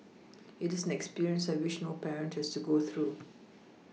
it is an experience I wish no parent has to go through